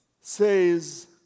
says